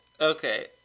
Okay